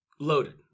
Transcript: Loaded